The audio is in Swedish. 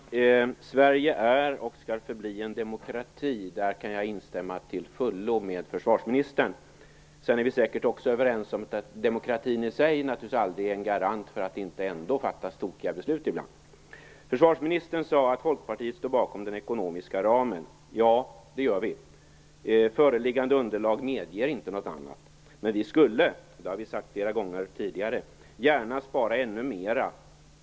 Herr talman! Sverige är och skall förbli en demokrati - där kan jag instämma till fullo med försvarsministern. Sedan är vi säkert också överens om att demokratin i sig aldrig är en garant för att det inte ändå fattas tokiga beslut ibland. Försvarsministern sade att Folkpartiet står bakom den ekonomiska ramen. Ja, det gör vi. Föreliggande underlag medger inte något annat. Vi skulle, det har vi sagt flera gånger tidigare, gärna spara ännu mer.